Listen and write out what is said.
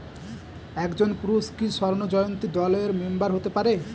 একজন পুরুষ কি স্বর্ণ জয়ন্তী দলের মেম্বার হতে পারে?